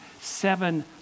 seven